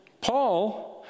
Paul